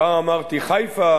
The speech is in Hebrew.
פעם אמרתי "חַיפה",